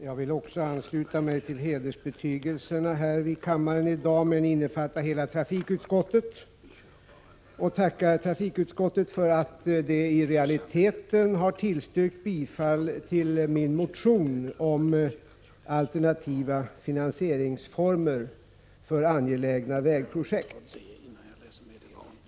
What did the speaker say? Herr talman! Också jag vill ansluta mig till hedersbetygelserna här i kammaren i dag men låta dem innefatta hela trafikutskottet. Jag tackar trafikutskottet för att man i realiteten har tillstyrkt bifall till min motion om alternativa finansieringsformer för angelägna vägprojekt.